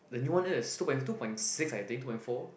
the new one is two point two point six I think two point four